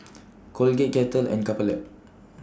Colgate Kettle and Couple Lab